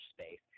space